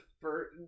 first